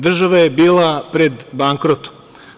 Država je bila pred bankrotom.